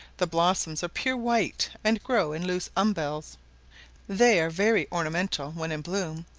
the blossoms are pure white, and grow in loose umbels they are very ornamental, when in bloom,